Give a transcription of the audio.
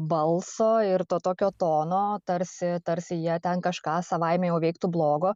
balso ir to tokio tono tarsi tarsi jie ten kažką savaime jau veiktų blogo